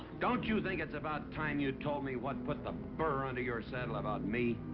don't you think it's about time you told me. what put the burr under your saddle about me?